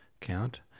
Count